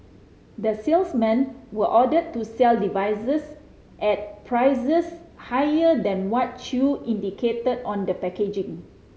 the salesmen were ordered to sell devices at prices higher than what Chew indicated on the packaging